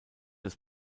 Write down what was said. das